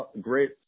great